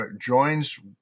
joins